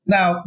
Now